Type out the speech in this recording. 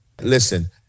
Listen